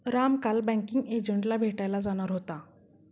राम काल बँकिंग एजंटला भेटायला जाणार होता